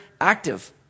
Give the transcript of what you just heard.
active